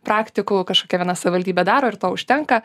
praktikų kažkokia viena savivaldybė daro ir to užtenka